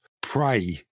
pray